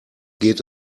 geht